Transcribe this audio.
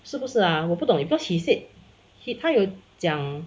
是不是啊我不懂 because he said he 他有讲